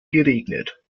geregnet